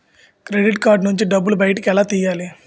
Credit card నుంచి డబ్బు బయటకు ఎలా తెయ్యలి?